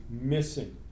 missing